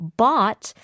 bought